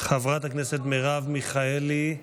חברת הכנסת מרב מיכאלי,